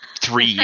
three